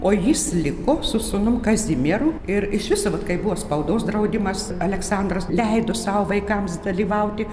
o jis liko su sūnum kazimieru ir iš viso vat kaip buvo spaudos draudimas aleksandras leido savo vaikams dalyvauti